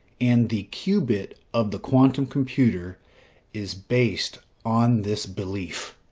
and the qubit of the quantum computer is based on this belief!